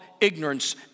ignorance